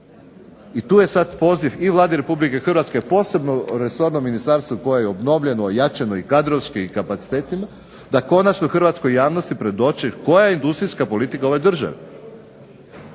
I tu je sad poziv i Vladi Republike Hrvatske posebno resornom ministarstvu koje je obnovljeno, ojačano i kadrovski i kapacitetima, da konačno hrvatskoj javnosti predoči koja je industrijska politika ove države.